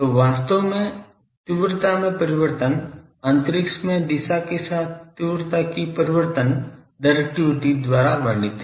तो वास्तव में तीव्रता में परिवर्तन अंतरिक्ष में दिशा के साथ तीव्रता की परिवर्तन डायरेक्टिविटी द्वारा वर्णित है